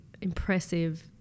impressive